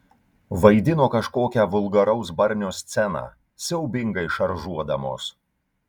vaidino kažkokią vulgaraus barnio sceną siaubingai šaržuodamos